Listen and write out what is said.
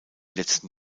letzten